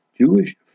Jewish